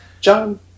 John